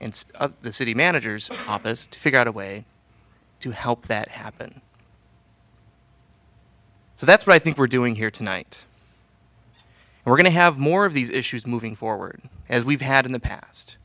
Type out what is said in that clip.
in the city managers opposite figure out a way to help that happen so that's right think we're doing here tonight we're going to have more of these issues moving forward as we've had in the past